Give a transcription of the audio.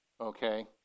Okay